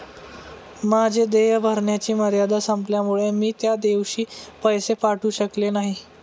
माझे देय भरण्याची मर्यादा संपल्यामुळे मी त्या दिवशी पैसे पाठवू शकले नाही